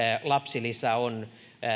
lapsilisä on